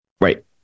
Right